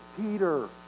Peter